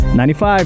95